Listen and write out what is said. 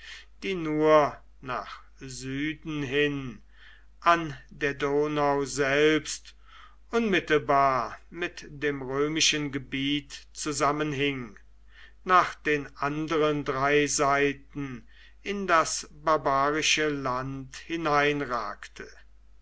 die nur nach süden hin an der donau selbst unmittelbar mit dem römischen gebiet zusammenhing nach den anderen drei seiten in das barbarische land